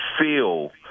feel